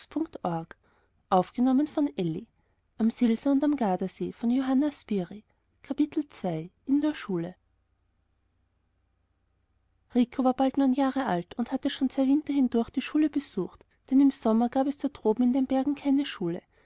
in der schule rico war bald neun jahre alt und hatte schon zwei winter hindurch die schule besucht denn im sommer gab es da droben in den bergen keine schule